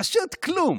פשוט כלום.